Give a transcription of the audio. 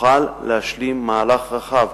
נוכל להשלים מהלך רחב.